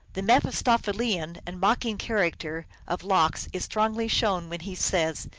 the mephistophelian and mocking character of lox is strongly shown when he says,